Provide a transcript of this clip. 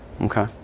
Okay